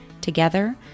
Together